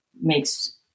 makes